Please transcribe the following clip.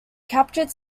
captured